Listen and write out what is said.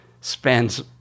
spends